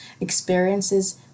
experiences